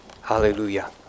Hallelujah